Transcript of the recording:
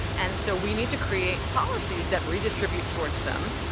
and so we need to create policies that redistribute towards them.